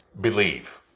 believe